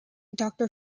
doctor